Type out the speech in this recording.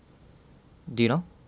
do you know